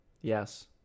Yes